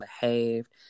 behaved